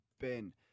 Ben